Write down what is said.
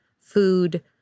food